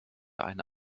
eine